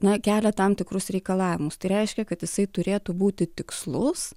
na kelia tam tikrus reikalavimus tai reiškia kad jisai turėtų būti tikslus